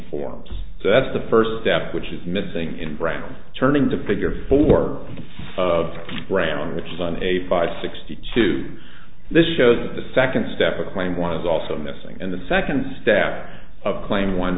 forms so that's the first step which is missing in brown turning to figure for brown which is on a five sixty two this shows the second step a claim one is also missing and the second step of claim one